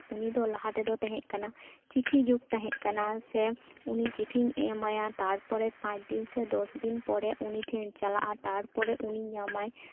ᱩᱱᱤ ᱫᱚ ᱞᱟᱦᱟ ᱛᱮᱫᱚ ᱛᱟᱦᱮᱸᱫ ᱠᱟᱱᱟ ᱪᱤᱴᱷᱤ ᱡᱩᱜᱽ ᱛᱟᱦᱮᱸᱫ ᱠᱟᱱᱟ ᱥᱮ ᱩᱱᱤ ᱪᱤᱴᱷᱤᱧ ᱮᱢᱟᱭᱟ ᱛᱟᱨᱯᱚᱨᱮ ᱯᱟᱸᱪ ᱫᱤᱱ ᱥᱮ ᱫᱚᱥ ᱫᱤᱱ ᱯᱚᱨᱮ ᱩᱱᱤ ᱴᱷᱮᱱ ᱪᱟᱞᱟᱜᱼᱟ ᱛᱟᱨᱯᱚᱨᱮ ᱩᱱᱤ ᱧᱟᱢᱟᱭ